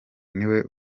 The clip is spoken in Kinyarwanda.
niwe